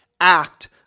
act